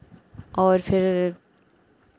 और फिर